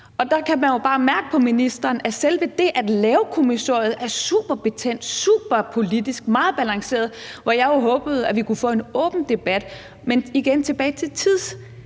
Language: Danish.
Der kan man jo bare mærke på ministeren, at selve det at lave kommissoriet er superbetændt, superpolitisk, meget balanceret, hvor jeg jo håbede, at vi kunne få en åben debat. Men jeg vil igen